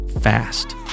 fast